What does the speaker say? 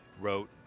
wrote